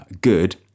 good